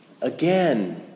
again